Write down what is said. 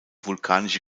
vulkanische